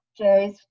Jerry's